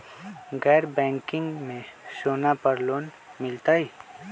गैर बैंकिंग में सोना पर लोन मिलहई?